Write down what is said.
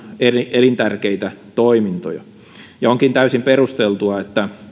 elintärkeitä toimintoja onkin täysin perusteltua että